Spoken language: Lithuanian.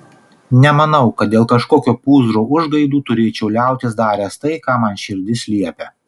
nemanau kad dėl kažkokio pūzro užgaidų turėčiau liautis daręs tai ką man širdis liepia